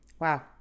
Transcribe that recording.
Wow